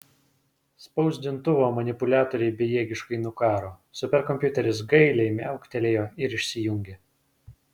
spausdintuvo manipuliatoriai bejėgiškai nukaro superkompiuteris gailiai miauktelėjo ir išsijungė